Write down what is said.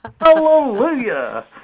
Hallelujah